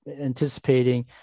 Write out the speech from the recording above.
anticipating